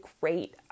great